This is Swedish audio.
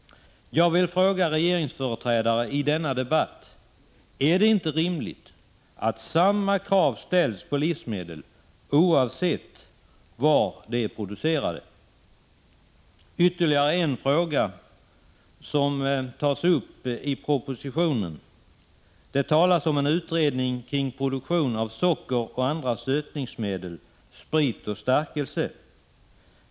Jag vill fråga regeringsföreträdare i denna debatt: Är det inte rimligt att samma krav ställs på livsmedel oavsett var de producerats? Och ytterligare en fråga som tas upp i propositionen: Det talas om en utredning kring produktionen av socker och andra sötningsmedel, sprit och stärkelse.